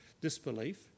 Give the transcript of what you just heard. disbelief